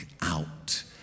out